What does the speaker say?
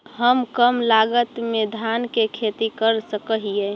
हम कम लागत में धान के खेती कर सकहिय?